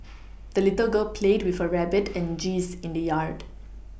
the little girl played with her rabbit and geese in the yard